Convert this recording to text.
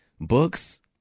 Books